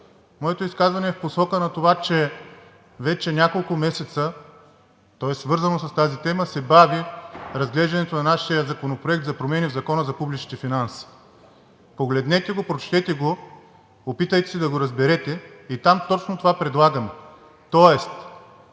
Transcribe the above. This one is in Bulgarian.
Моето изказване е в посока на това, че вече няколко месеца – то е свързано с тази тема, се бави разглеждането на нашия законопроект за промени в Закона за публичните финанси. Погледнете го, прочетете го, опитайте се да го разберете. Там точно това предлагаме, тоест